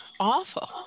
Awful